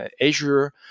azure